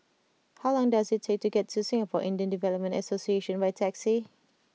how long does it take to get to Singapore Indian Development Association by taxi